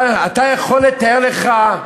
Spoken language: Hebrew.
אתה יכול לתאר לך,